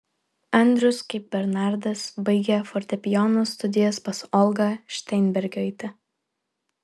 andrius kaip bernardas baigė fortepijono studijas pas olgą šteinbergaitę